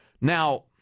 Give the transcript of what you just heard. Now